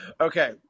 Okay